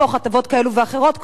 תוך הטבות כאלו ואחרות,